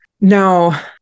Now